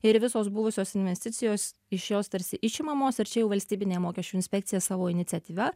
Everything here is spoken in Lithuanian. ir visos buvusios investicijos iš jos tarsi išimamos ir čia jau valstybinė mokesčių inspekcija savo iniciatyva